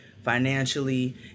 financially